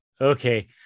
okay